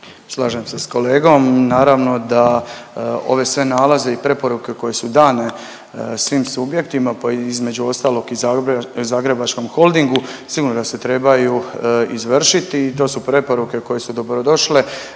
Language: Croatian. Slažem se s kolegom. Naravno da ove sve nalaze i preporuke koje su dane svim subjektima pa između ostalog i zagrebačkom holdingu sigurno da se trebaju izvršiti. To su preporuke koje su dobrodošle